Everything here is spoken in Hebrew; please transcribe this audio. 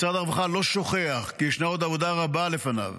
משרד הרווחה לא שוכח כי ישנה עוד עבודה רבה לפניו.